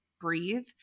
breathe